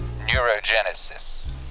Neurogenesis